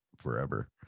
forever